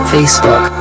Facebook